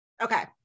okay